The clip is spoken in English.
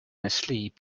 asleep